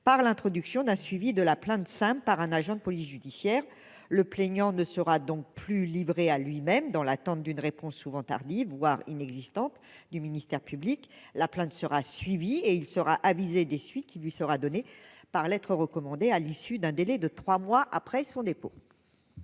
par l'introduction d'un suivi de la plainte de Saint-par un agent de police judiciaire, le plaignant ne sera donc plus livré à lui-même, dans l'attente d'une réponse souvent tardives, voire inexistantes du ministère public, la plainte sera suivie et il sera avisée des suites qui lui sera donnée par lettre recommandée à l'issue d'un délai de 3 mois après son dépôt.